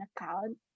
account